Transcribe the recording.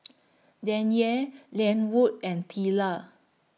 Danyel Lenwood and Teela